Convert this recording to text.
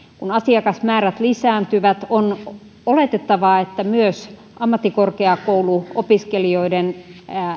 kun asiakasmäärät lisääntyvät on oletettavaa että myös ammattikorkeakouluopiskelijoiden